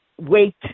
wait